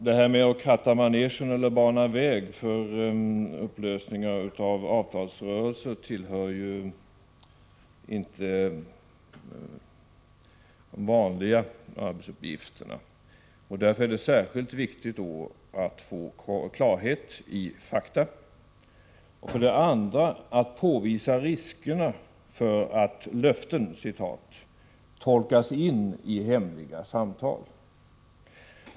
Uppgiften att ”kratta i manegen” eller bana väg för upplösningar i avtalskonflikter tillhör inte de vanliga arbetsuppgifterna, och det är därför viktigt att vi får klarhet genom fakta. Vidare ville jag med min fråga påvisa riskerna för att ”löften” tolkas in i hemliga samtal.